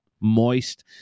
moist